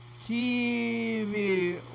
TV